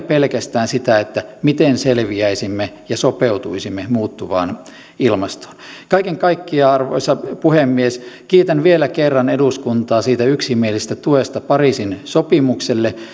pelkästään sitä että miten selviäisimme ja sopeutuisimme muuttuvaan ilmastoon kaiken kaikkiaan arvoisa puhemies kiitän vielä kerran eduskuntaa yksimielisestä tuesta pariisin sopimukselle